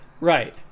Right